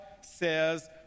says